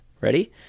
Ready